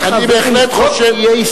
ואם זאת תהיה הסתייגות הממשלה,